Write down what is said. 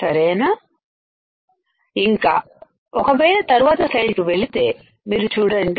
సరేనా ఇంకా ఒకవేళ తరువాత స్లైడ్ కీ వెళితే మీరు చూడండి